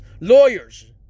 lawyers